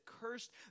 cursed